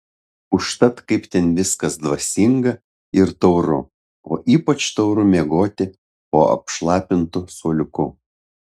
užtat kaip ten viskas dvasinga ir tauru o ypač tauru miegoti po apšlapintu suoliuku